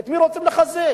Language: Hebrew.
את מי רוצים לחזק?